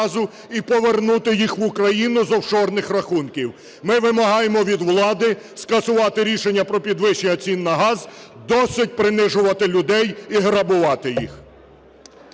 і повернути їх в Україну з офшорних рахунків. Ми вимагаємо від влади скасувати рішення про підвищення цін на газ. Досить принижувати людей і грабувати їх!